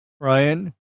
Ryan